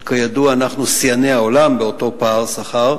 וכידוע אנחנו שיאני העולם באותו פער שכר,